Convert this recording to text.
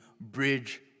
bridge